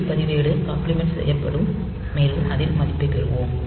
ஏ பதிவேடு காம்ப்ளிமெண்ட் செய்யப்படும் மேலும் அதில் மதிப்பைப் பெறுவோம்